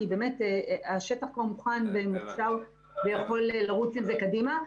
כי השטח כבר מוכן ויכול לרוץ עם זה קדימה.